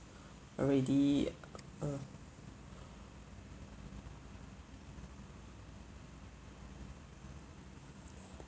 already